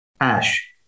ash